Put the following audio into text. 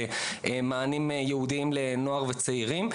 במענים ייעודים לנוער וצעירים.